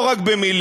לא רק במילים,